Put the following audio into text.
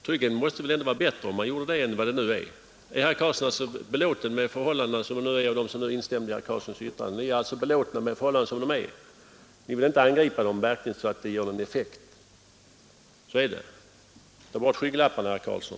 Tryggheten måste väl ändå bli bättre än vad den nu är. Är herr Carlsson — och de som instämde i herr Carlssons yttrande — belåtna med förhållandena som de nu är? Ni vill inte angripa dem så att det verkligen gör någon effekt. Så är det. Ta bort skygglapparna, herr Carlsson!